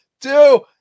two